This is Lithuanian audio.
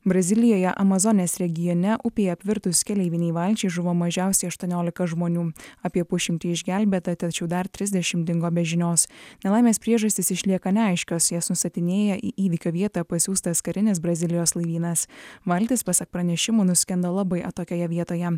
brazilijoje amazonės regione upėje apvirtus keleiviniai valčiai žuvo mažiausiai aštuoniolika žmonių apie pusšimtį išgelbėta tačiau dar trisdešim dingo be žinios nelaimės priežastys išlieka neaiškios jas nustatinėja į įvykio vietą pasiųstas karinis brazilijos laivynas valtis pasak pranešimų nuskendo labai atokioje vietoje